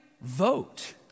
vote